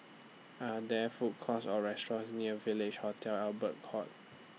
Are There Food Courts Or restaurants near Village Hotel Albert Court